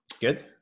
Good